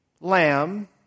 lamb